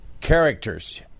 Characters